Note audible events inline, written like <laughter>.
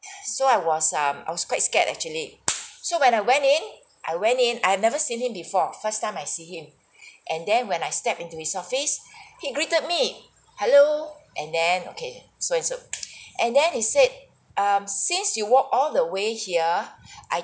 <breath> so I was um I was quite scared actually so when I went in I went in I have never seen him before first time I see him <breath> and then when I stepped into his office <breath> he greeted me hello and then okay so and so <breath> and then he said um since you walked all the way here <breath> I